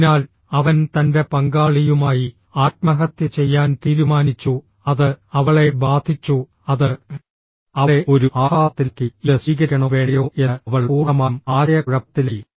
അതിനാൽ അവൻ തന്റെ പങ്കാളിയുമായി ആത്മഹത്യ ചെയ്യാൻ തീരുമാനിച്ചു അത് അവളെ ബാധിച്ചു അത് അവളെ ഒരു ആഘാതത്തിലാക്കി ഇത് സ്വീകരിക്കണോ വേണ്ടയോ എന്ന് അവൾ പൂർണ്ണമായും ആശയക്കുഴപ്പത്തിലായി